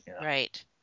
right